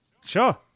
Sure